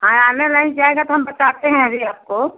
हाँ आनेलाइन जाएगा तो हम बताते हैं अभी आपको